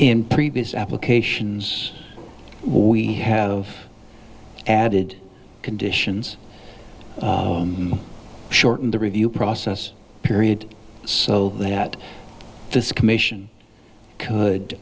in previous applications we had of added conditions shorten the review process period so that this commission could